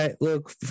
look